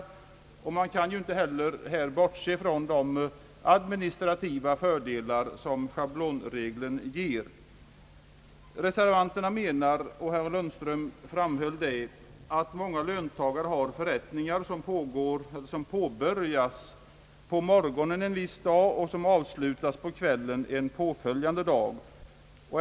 Man kan inte heller bortse från de administrativa fördelar som schablonregeln ger. Reservanterna anser — och herr Lundström framhöll det — att många löntagare har förrättningar som påbörjas på morgonen en viss dag och som avslutas på kvällen en påföljande dag.